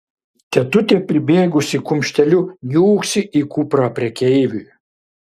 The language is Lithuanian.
tetutė pribėgusi kumšteliu niūksi į kuprą prekeiviui